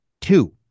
Two